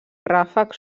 ràfec